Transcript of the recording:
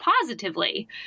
positively